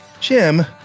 Jim